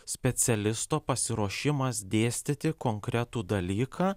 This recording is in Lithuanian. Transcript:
specialisto pasiruošimas dėstyti konkretų dalyką